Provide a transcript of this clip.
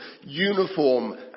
uniform